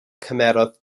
cymerodd